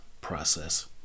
process